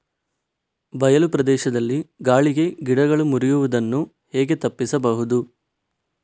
ಬಯಲು ಪ್ರದೇಶದಲ್ಲಿ ಗಾಳಿಗೆ ಗಿಡಗಳು ಮುರಿಯುದನ್ನು ಹೇಗೆ ತಪ್ಪಿಸಬಹುದು?